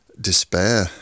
despair